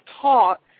taught